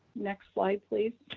next slide, please.